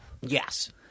Yes